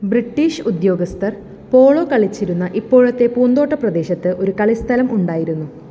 British ഉദ്യോഗസ്ഥർ polo കളിച്ചിരുന്ന ഇപ്പോഴത്തെ പൂന്തോട്ട പ്രദേശത്ത് ഒരു കളിസ്ഥലം ഉണ്ടായിരുന്നു